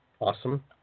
Awesome